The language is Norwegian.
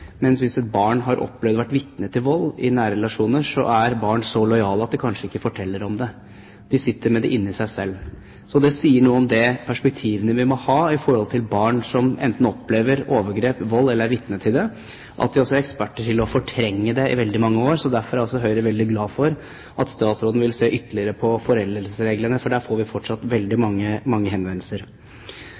mens hvis et barn har opplevd og vært vitne til vold i nære relasjoner, er barn så lojale at de kanskje ikke forteller om det. De sitter med det inne i seg selv. Det sier noe om det perspektivet vi må ha i forhold til barn som enten opplever overgrep eller vold eller er vitne til det, at de også er eksperter på å fortrenge det i veldig mange år. Derfor er Høyre veldig glad for at statsråden vil se ytterligere på foreldelsesreglene, for der får vi fortsatt veldig mange henvendelser.